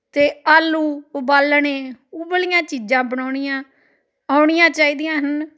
ਅਤੇ ਆਲੂ ਉਬਾਲਣੇ ਉਬਲੀਆਂ ਚੀਜ਼ਾਂ ਬਣਾਉਣੀਆਂ ਆਉਣੀਆਂ ਚਾਹੀਦੀਆਂ ਹਨ